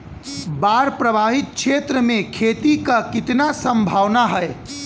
बाढ़ प्रभावित क्षेत्र में खेती क कितना सम्भावना हैं?